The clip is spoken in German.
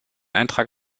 eintrag